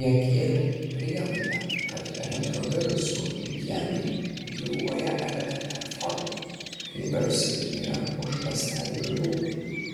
jie kėlė prielaidą kad retrovirusų genai gyvuoja rnr forma kai virusai yra už ląstelių ribų